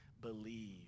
believe